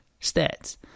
stats